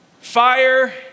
Fire